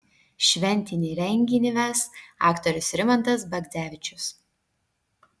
šventinį renginį ves aktorius rimantas bagdzevičius